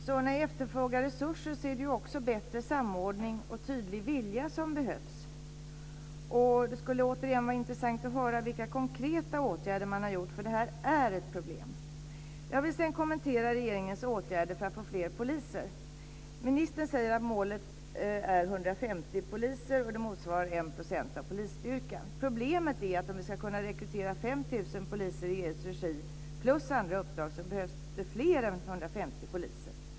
När det gäller efterfrågade resurser är det också bättre samordning och tydlig vilja som behövs. Det skulle återigen vara intressant att få höra vilka konkreta åtgärder som har vidtagits. Det här är ett problem. Jag vill sedan kommentera regeringens åtgärder för att få fler poliser. Ministern säger att målet är 150 poliser. Det motsvarar 1 % av polisstyrkan. Problemet är att om vi ska rekrytera 5 000 poliser i EU:s regi, och andra uppdrag, behövs det fler än 150 poliser.